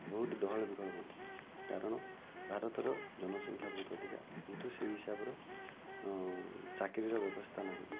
ବହୁତୁ ଡହଳବିକଳ ହୁଅନ୍ତି କାରଣ ଭାରତର ଜନସଂଖ୍ୟା ବହୁତ ଅଧିକା କିନ୍ତୁ ସେହି ହିସାବର ଚାକିରିର ବ୍ୟବସ୍ଥା ନାହିଁ